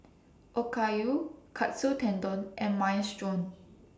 Okayu Katsu Tendon and Minestrone